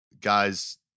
guys